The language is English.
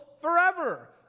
forever